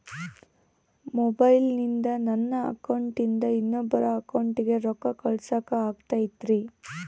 ಮೊಬೈಲಿಂದ ನನ್ನ ಅಕೌಂಟಿಂದ ಇನ್ನೊಬ್ಬರ ಅಕೌಂಟಿಗೆ ರೊಕ್ಕ ಕಳಸಾಕ ಆಗ್ತೈತ್ರಿ?